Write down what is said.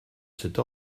cette